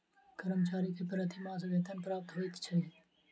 कर्मचारी के प्रति मास वेतन प्राप्त होइत अछि